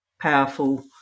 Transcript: powerful